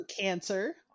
cancer